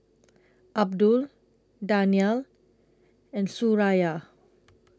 Abdul Danial and Suraya